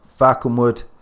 falconwood